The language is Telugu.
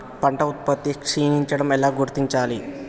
పంట ఉత్పత్తి క్షీణించడం ఎలా గుర్తించాలి?